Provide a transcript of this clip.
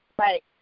right